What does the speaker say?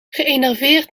geënerveerd